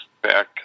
back